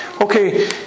Okay